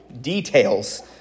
details